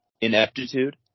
ineptitude